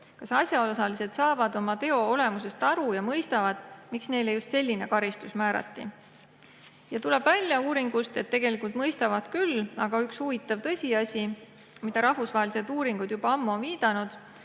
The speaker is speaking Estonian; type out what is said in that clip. kas asjaosalised saavad oma teo olemusest aru ja mõistavad, miks neile just selline karistus määrati. Ja uuringust tuleb välja, et tegelikult mõistavad küll. Aga on üks huvitav tõsiasi, millele rahvusvahelised uuringud juba ammu on viidanud,